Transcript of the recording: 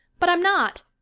but i'm not.